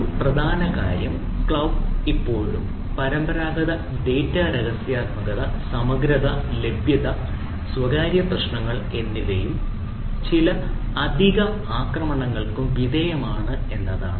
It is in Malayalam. ഒരു പ്രധാന കാര്യം ക്ലൌഡ് ഇപ്പോഴും പരമ്പരാഗത ഡാറ്റ രഹസ്യാത്മകത സമഗ്രത ലഭ്യത സ്വകാര്യത പ്രശ്നങ്ങൾ എന്നിവയും ചില അധിക ആക്രമണങ്ങൾക്കും വിധേയമാണ് എന്നതാണ്